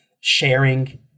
sharing